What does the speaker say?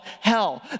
hell